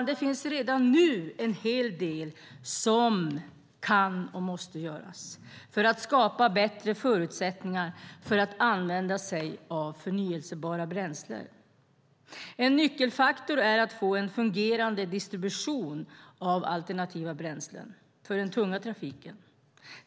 Det finns dock redan nu en hel del som kan och måste göras för att skapa bättre förutsättningar för användning av förnybara bränslen. En nyckelfaktor är att få en fungerande distribution av alternativa bränslen för den tunga trafiken.